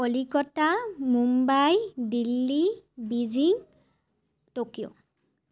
Kolkata Mumbai Delhi Beijing Tokyo